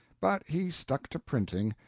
but he stuck to printing,